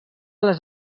les